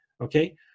okay